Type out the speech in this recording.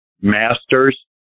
Masters